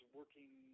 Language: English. working